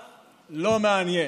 לא פרנסה, לא מעניין.